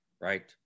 Right